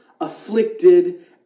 afflicted